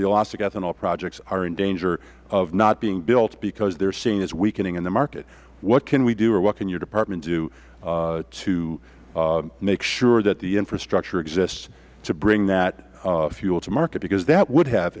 ethanol projects are in danger of not being built because they are seen as weakening in the market what can we do or what can your department do to make sure that the infrastructure exists to bring that fuel to market because that would have